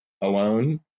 alone